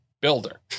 builder